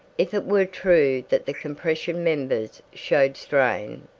if it were true that the compression members showed strain,